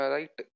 Right